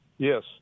Yes